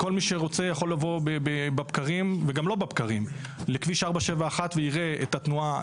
כל מי שרוצה יכול לבוא בבקרים וגם לא בבקרים לכביש 471 ויראה את התנועה,